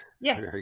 Yes